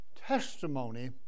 testimony